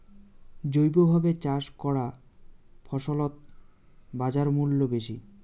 জৈবভাবে চাষ করা ফছলত বাজারমূল্য বেশি